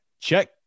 check